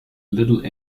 little